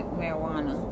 marijuana